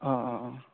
অ অ অ